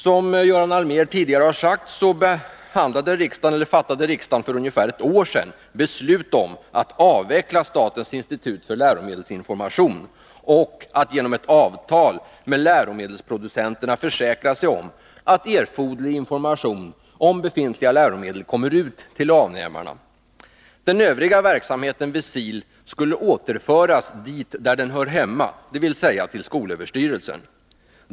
Som Göran Allmér redan har sagt fattade riksdagen för ungefär ett år sedan beslut om att avveckla statens institut för läromedelsinformation och att genom ett avtal med läromedelsproducenterna försäkra sig om att erforderlig information om befintliga läromedel kommer ut till avnämarna. Den övriga verksamheten vid SIL skulle återföras dit där den hör hemma, dvs. till skolöverstyrelsen.